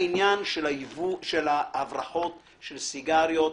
עניין ההברחות של סיגריות